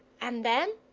and then,